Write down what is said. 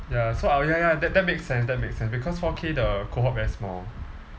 ya so oh ya ya that that makes sense that makes sense because four K the cohort very small